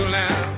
now